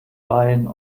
rein